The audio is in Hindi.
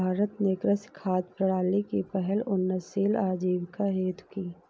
भारत ने कृषि खाद्य प्रणाली की पहल उन्नतशील आजीविका हेतु की